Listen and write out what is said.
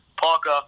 Parker